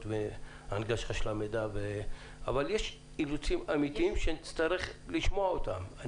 הנגשת המידע אבל יש אילוצים אמיתיים שנצטרך לשמוע אותם.